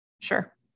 sure